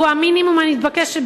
והוא המינימום המתבקש,